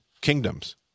kingdoms